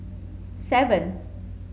seven